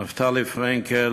נפתלי פרנקל